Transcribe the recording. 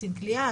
קצין כליאה,